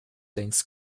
längst